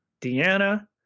Deanna